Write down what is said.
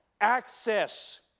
access